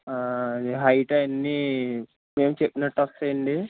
height అవన్నీ మేము చెప్పినట్టు వస్తాయి అండి